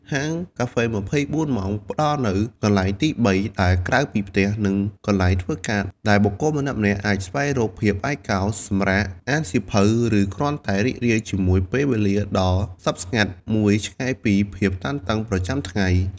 ហាងកាហ្វេ ២៤ ម៉ោងផ្តល់នូវ "កន្លែងទីបី" ដែលក្រៅពីផ្ទះ និងកន្លែងធ្វើការ ដែលបុគ្គលម្នាក់ៗអាចស្វែងរកភាពឯកោ សម្រាក អានសៀវភៅ ឬគ្រាន់តែរីករាយជាមួយពេលវេលាដ៏ស្ងប់ស្ងាត់មួយឆ្ងាយពីភាពតានតឹងប្រចាំថ្ងៃ។